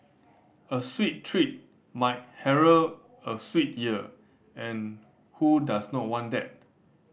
a sweet treat might herald a sweet year and who does not want that